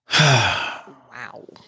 Wow